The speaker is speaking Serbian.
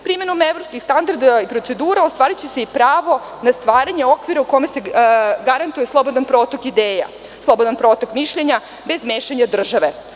Primenom evropskih standarda i procedura ostvariće se i pravo na stvaranje okvira u kome se garantuje slobodan protok ideja, slobodan protok mišljenja bez mešanja države.